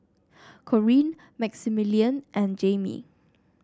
Corean Maximilian and Jaimee